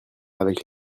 avec